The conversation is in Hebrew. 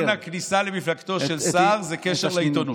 אני מבין שמנגנון הכניסה למפלגתו של סער זה קשר לעיתונות.